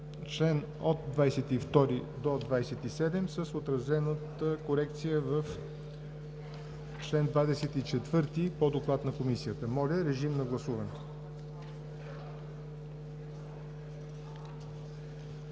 членове от 22 до 27 с отразената корекция в чл. 24 по доклада на Комисията. Моля, гласувайте.